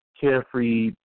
carefree